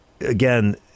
again